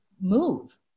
move